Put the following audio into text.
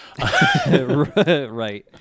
Right